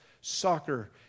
soccer